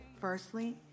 Firstly